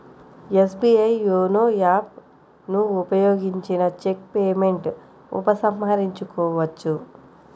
SBI YONO app ను ఉపయోగించిన check payment ఉపసంహరించుకోవచ్చు